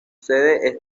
sede